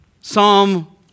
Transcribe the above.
Psalm